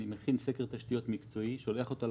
אני מכין סקר תשתיות מקצועי, שולח אותו לרשות,